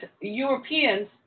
Europeans